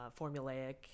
formulaic